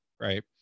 right